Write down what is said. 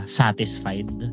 satisfied